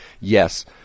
Yes